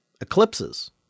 eclipses